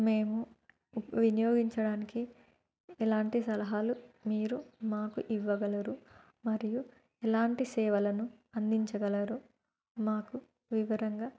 మేము వినియోగించడానికి ఎలాంటి సలహాలు మీరు మాకు ఇవ్వగలరు మరియు ఎలాంటి సేవలను అందించగలరో మాకు వివరంగా